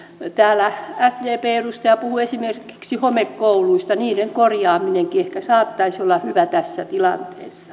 täällä sdpn edustaja puhui esimerkiksi homekouluista niiden korjaaminenkin ehkä saattaisi olla hyvä tässä tilanteessa